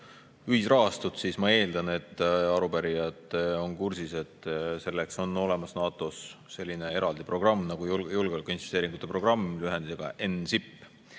ühisrahastust, siis ma eeldan, et arupärijad on kursis, et selleks on olemas NATO‑s selline eraldi programm nagu julgeolekuinvesteeringute programm, lühendina NCIP.